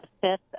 fifth